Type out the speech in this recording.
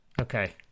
Okay